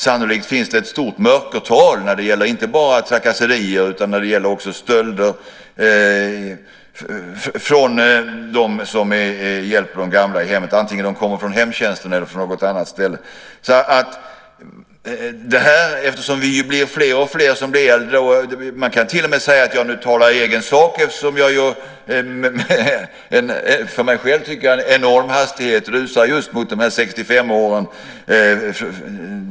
Sannolikt finns det ett stort mörkertal när det gäller inte bara trakasserier utan också stölder av dem som hjälper de gamla i hemmet, antingen de kommer från hemtjänsten eller från något annat ställe. Vi blir fler och fler som blir äldre. Man kan till och med säga att jag nu talar i egen sak, eftersom jag med en, tycker jag i alla fall själv, enorm hastighet rusar mot just de 65 åren.